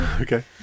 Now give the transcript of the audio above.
Okay